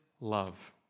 love